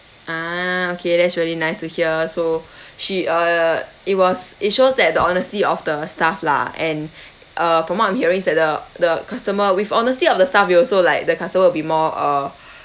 ah okay that's really nice to hear so she uh it was it shows that the honesty of the staff lah and uh from what I'm hearing is that the the customer with honesty of the staff we also like the customer will be more uh